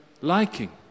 liking